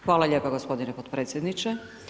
Hvala lijepo gospodine potpredsjedniče.